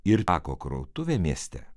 ir tako krautuvė mieste